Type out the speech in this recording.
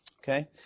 Okay